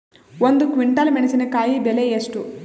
ಒಂದು ಕ್ವಿಂಟಾಲ್ ಮೆಣಸಿನಕಾಯಿ ಬೆಲೆ ಎಷ್ಟು?